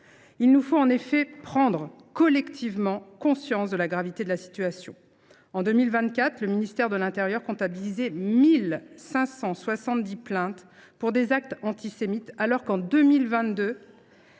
Il nous faut prendre collectivement conscience de la gravité de la situation : en 2024, le ministère de l’intérieur comptabilisait 1 570 plaintes pour des actes antisémites, contre 436 en 2022.